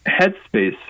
headspace